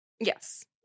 Yes